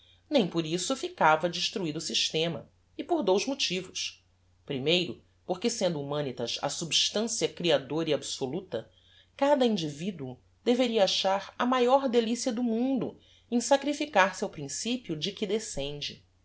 nem por isso ficava destruido o systema e por dous motivos porque sendo humanitas a substancia creadora e absoluta cada individuo deveria achar a maior delicia do mundo em sacrificar se ao principio de